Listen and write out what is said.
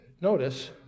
notice